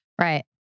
Right